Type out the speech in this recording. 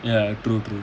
ya true true